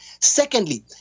Secondly